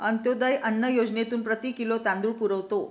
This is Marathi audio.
अंत्योदय अन्न योजनेतून प्रति किलो तांदूळ पुरवतो